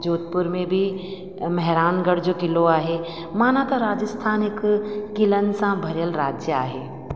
जोधपुर में बि मेहरान गढ़ जो क़िलो आहे माना त राजस्थान हिकु क़िलनि सां भरियल राज्य आहे